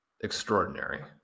extraordinary